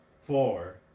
Four